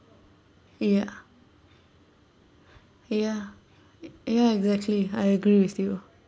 ya ya ya exactly I agree with you